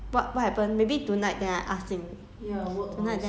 不可以了 lor 我不知道 leh 他们没有讲他 like